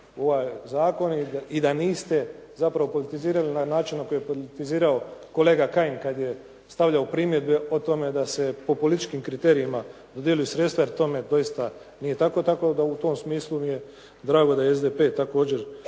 u ovaj zakon i da niste zapravo politizirali na onaj način na koji je politizirao kolega Kajin kad je stavljao primjedbe o tome da se po političkim kriterijima dodjeljuju sredstva jer tome doista nije tako, tako da u tom smislu mi je drago da SDP također